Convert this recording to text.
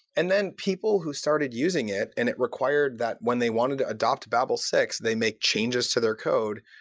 and then, people who started using it, and it required that when they wanted to adopt babel six, they make changes to their code,